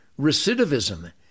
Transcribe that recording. recidivism